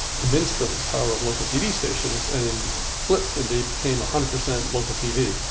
convinced of the power of local tv stations and flipped and they became a hundred percent local tv.